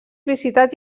visitat